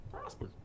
Prosper